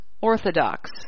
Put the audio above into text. orthodox